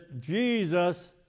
Jesus